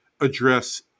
address